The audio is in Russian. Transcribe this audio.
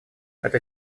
это